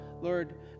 Lord